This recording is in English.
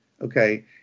Okay